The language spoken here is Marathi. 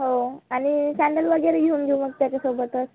हो आणि सँडल वगैरे घेऊन घेऊ मग त्याच्यासोबतच